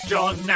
John